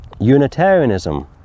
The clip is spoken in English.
Unitarianism